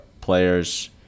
players